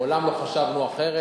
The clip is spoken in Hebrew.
מעולם לא חשבנו אחרת.